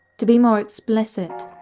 to be more explicit,